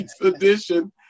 edition